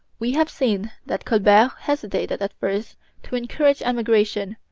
we have seen that colbert hesitated at first to encourage emigration,